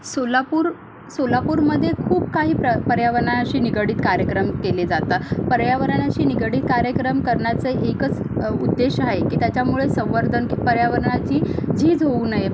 सोलापूर सोलापूरमध्ये खूप काही प्र पर्यावरणाशी निगडित कार्यक्रम केले जाता पर्यावरणाशी निगडित कार्यक्रम करण्याचं एकच उद्देश आहे की त्याच्या मुळेच संवर्धन पर्यावरणाची झीज होऊ नये